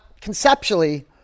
conceptually